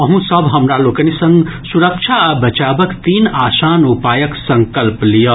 अहूँ सभ हमरा लोकनि संग सुरक्षा आ बचावक तीन आसान उपायक संकल्प लियऽ